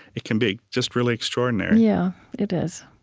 it can be just really extraordinary yeah, it is.